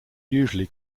usually